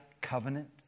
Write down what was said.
covenant